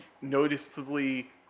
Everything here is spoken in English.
noticeably